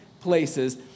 places